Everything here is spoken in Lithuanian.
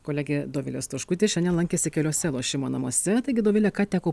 kolegė dovilė stoškutė šiandien lankėsi keliuose lošimo namuose taigi dovile ką teko